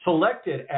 Selected